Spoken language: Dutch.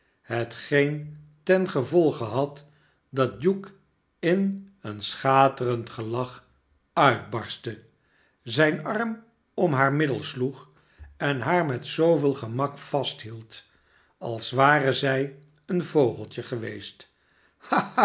hetgeen ten gevolge had dat hugh in een schaterend gelach uitbarstte zijn arm om haar middel sloeg en haar met zooveel gemak vasthield als ware zij een vogeltje geweest